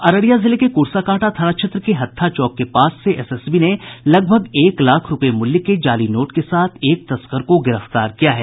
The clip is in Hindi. अररिया जिले में कुरसाकांटा थाना क्षेत्र के हत्था चौक के पास से एसएसबी ने लगभग एक लाख रूपये मूल्य के जाली नोट के साथ एक तस्कर को गिरफ्तार किया है